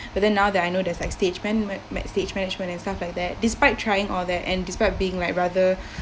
but then now that I know there's like stagement mat~ stagement management and stuff like that despite trying all that and despite being like rather